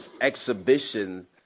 exhibition